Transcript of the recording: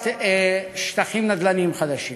לטובת שטחים נדל"ניים חדשים.